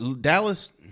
Dallas